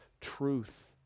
truth